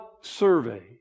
survey